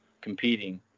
competing